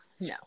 no